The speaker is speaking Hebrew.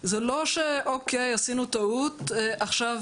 זה לא ש-אוקי עשינו טעות ועכשיו